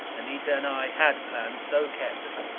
anita and i had planned so carefully.